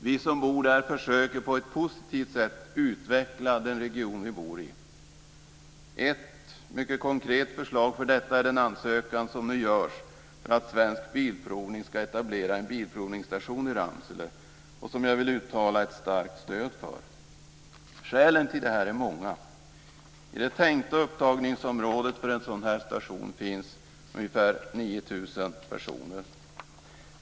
Vi som bor där försöker på ett positivt sätt att utveckla den region vi bor i. Ett mycket konkret exempel på detta är den ansökan som nu görs för att Svensk Bilprovning ska etablera en bilprovningsstation i Ramsele. Jag vill uttala ett starkt stöd för detta. Skälen för en sådan etablering är många. I det tänkta upptagningsområdet för en sådan här station finns ungefär 9 000 personer.